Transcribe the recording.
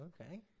Okay